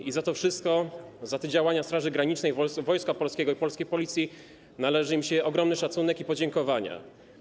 I za to wszystko, za te działania Straży Granicznej, Wojska Polskiego i polskiej Policji, należy im się ogromny szacunek i podziękowanie.